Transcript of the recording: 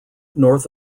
north